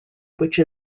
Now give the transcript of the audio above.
which